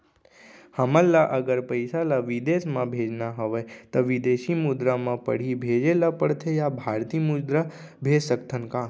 हमन ला अगर पइसा ला विदेश म भेजना हवय त विदेशी मुद्रा म पड़ही भेजे ला पड़थे या भारतीय मुद्रा भेज सकथन का?